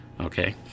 okay